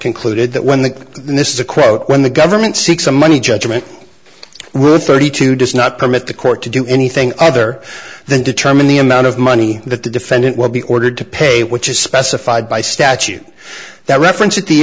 concluded that when the this is a quote when the government seeks a money judgment were thirty two does not permit the court to do anything other than determine the amount of money that the defendant will be ordered to pay which is specified by statute that reference at the